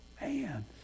Man